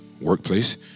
workplace